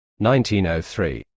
1903